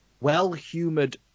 well-humoured